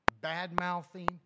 bad-mouthing